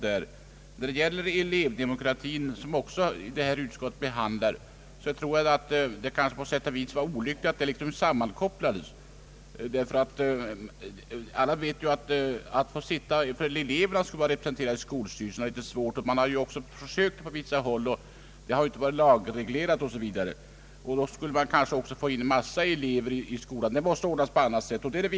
När det gäller elevdemokratin, som också behandlas i utskottets utlåtande, var det på sätt och vis olyckligt att den frågan sammankopplades med de andra frågorna. Att eleverna skall vara representerade i skolstyrelserna är ju lite svårt att tänka sig. Försök i den riktningen har gjorts på några håll, men det har ju skett utan laglig reglering. Det skulle betyda att man fick in en massa elever i representationen. Denna fråga måste ordnas på annat sätt.